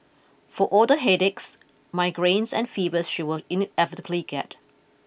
for all the headaches migraines and fevers she will inevitably get